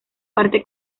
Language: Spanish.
parte